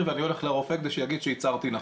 ואני הולך לרופא שיגיד שאני הצהרתי נכון.